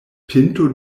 pinto